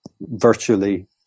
virtually